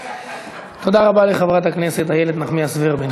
תודה רבה לחברת הכנסת איילת נחמיאס ורבין.